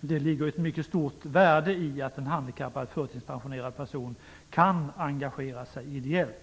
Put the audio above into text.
det ligger ett mycket stort värde i att en handikappad förtidspensionerad person kan engagera sig ideellt.